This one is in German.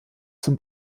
zum